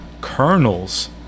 kernels